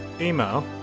email